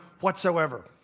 whatsoever